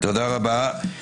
תודה רבה.